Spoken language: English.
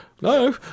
no